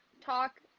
talk